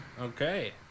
Okay